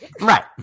Right